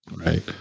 Right